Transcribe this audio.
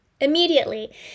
Immediately